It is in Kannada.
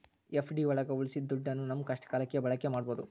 ಎಫ್.ಡಿ ಒಳಗ ಉಳ್ಸಿದ ದುಡ್ಡನ್ನ ನಮ್ ಕಷ್ಟ ಕಾಲಕ್ಕೆ ಬಳಕೆ ಮಾಡ್ಬೋದು